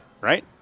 right